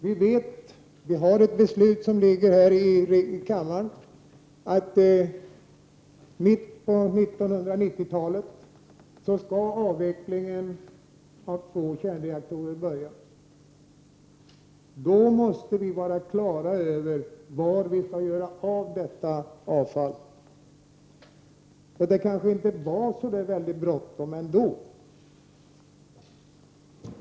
Det finns ett beslut här i kammaren att i mitten på 1990 talet skall avvecklingen av två kärnreaktorer börja. Då måste vi vara klara över var vi skall göra av avfallet. Så det kanske inte var så där väldigt bråttom ändå.